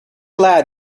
lad